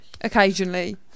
occasionally